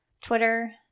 Twitter